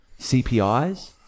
CPIs